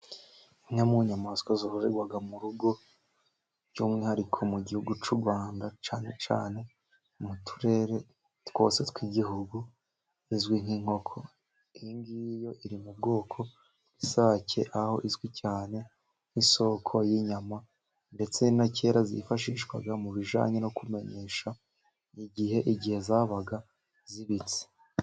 Imwe mu nyamaswa zororerwa mu rugo by'umwihariko mu gihugu cy'u Rwanda cyane cyane mu turere twose tw'igihugu izwi nk'inkoko. Iyi ngiyi iri mu bwoko bw'isake aho izwi cyane nk'isoko y'inyama ndetse na kera zifashishwaga mu bijyanye no kumenyesha igihe, mu gihe zabaga zibitse.